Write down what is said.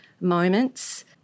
moments